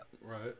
Right